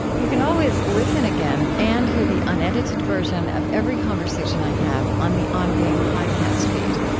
you can always listen again and hear the unedited version of every conversation i have on the on being podcast feed.